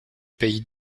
pays